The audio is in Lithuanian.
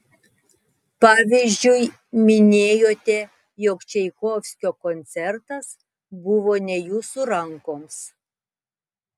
pavyzdžiui minėjote jog čaikovskio koncertas buvo ne jūsų rankoms